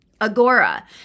Agora